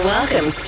Welcome